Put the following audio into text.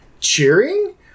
cheering